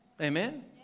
Amen